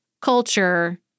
culture